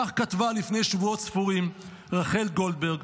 כך כתבה לפני שבועות ספורים רחל גולדברג,